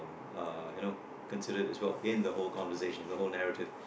um you know consider as well in the whole conversation the whole narrative